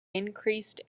increased